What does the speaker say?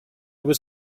was